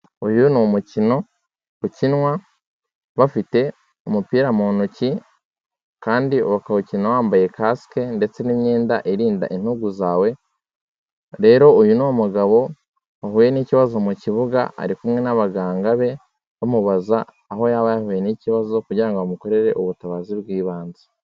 Uyu ni umukino ukinwa bafite umupira mu ntoki kandi bakawukina wambaye kasike ndetse n'imyenda irinda intugu zawe, rero uyu ni umugabo wahuye n'ikibazo mu kibuga, ari kumwe n'abaganga be bamubaza aho yaba yahuye n'ikibazo kugira ngo bamukorere ubutabazi bw'ibanze.